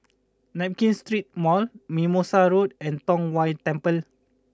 Nankin Street Mall Mimosa Road and Tong Whye Temple